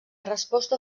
resposta